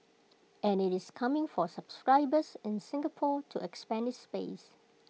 and IT is coming for subscribers in Singapore to expand its base